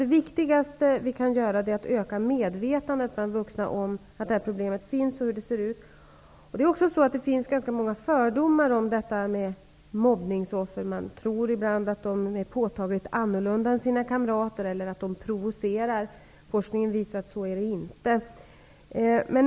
Det viktigaste vi kan göra är att öka medvetandet bland vuxna om att det här problemet finns och hur det ser ut. Det finns ganska många fördomar om mobbningsoffer. Man tror ibland att de är påtagligt annorlunda än sina kamrater eller att de provocerar. Forskningen visar att det inte är så.